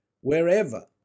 Wherever